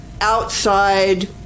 outside